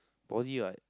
body what